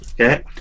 Okay